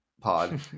pod